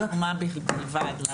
למחקר.